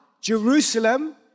Jerusalem